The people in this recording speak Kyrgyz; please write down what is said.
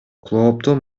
клооптун